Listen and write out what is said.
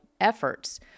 efforts